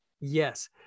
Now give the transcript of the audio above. yes